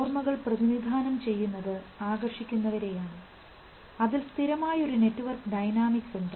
ഓർമ്മകൾ പ്രതിനിധാനം ചെയ്യുന്നത് ആകർഷിക്കുന്നവരെയാണ് അതിൽ സ്ഥിരമായ ഒരു നെറ്റ്വർക്ക് ഡൈനാമിക്സ് ഉണ്ട്